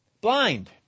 blind